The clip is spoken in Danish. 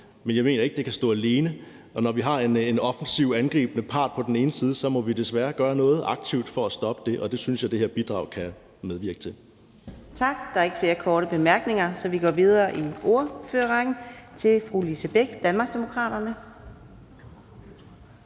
Men jeg mener ikke, at det kan stå alene, og når vi har en offensiv part, en angribende part på den ene side, må vi desværre gøre noget aktivt for at stoppe det, og det synes jeg det her bidrag kan medvirke til. Kl. 10:32 Fjerde næstformand (Karina Adsbøl): Tak. Der er ikke flere korte bemærkninger, så vi går videre i ordførerrækken til fru Lise Bech, Danmarksdemokraterne.